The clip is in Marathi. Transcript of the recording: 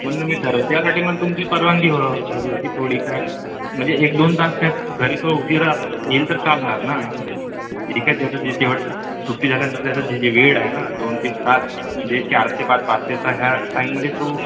म्हणून मी ठरवलं त्यासाठी मग तुमची परवानगी ह हवी होती थोडी काय म्हणजे एक दोन तास त्यात घरी तो उशीरा येईल तर चालणार ना जे काय त्याचं जे शेवटचं सुट्टी झाल्यानंतर त्याचं जे जे वेळ आहे ना दोन तीन तास म्हणजे चार ते पाच पाच ते हा ह्या टाईममध्ये तो